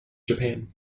japan